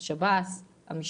ממחסור שקיים בשב"ס ובמשטרה.